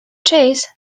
chase